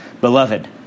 Beloved